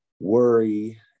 worry